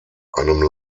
einem